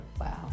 Wow